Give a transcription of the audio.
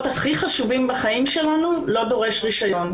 הכי חשובים בחיים שלנו לא דורש רישיון,